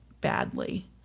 badly